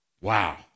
Wow